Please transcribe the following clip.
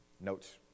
notes